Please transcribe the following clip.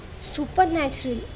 supernatural